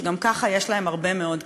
שגם ככה יש להם הרבה מאוד כסף,